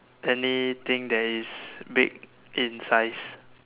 anything that is big in size